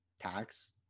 tax